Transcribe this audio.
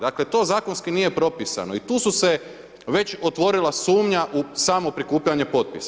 Dakle, to zakonski nije propisano i tu su se već otvorila sumnja u samo prikupljanje potpisa.